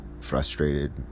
frustrated